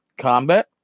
combat